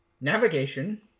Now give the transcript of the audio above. Navigation